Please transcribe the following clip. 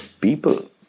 people